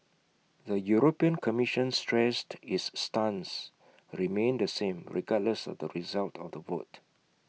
the european commission stressed its stance remained the same regardless of the result of the vote